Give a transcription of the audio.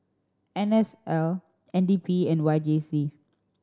N S L N D P and Y J C